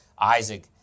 Isaac